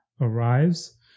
arrives